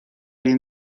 این